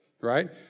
right